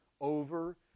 over